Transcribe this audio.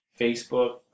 Facebook